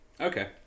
Okay